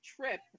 trip